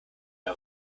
der